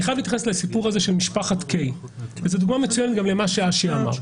אני חייב להתייחס לסיפור הזה של משפחת קיי וזה גם נוגע למה שאשר אמר.